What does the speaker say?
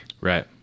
right